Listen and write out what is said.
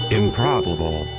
improbable